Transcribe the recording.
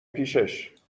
پیشش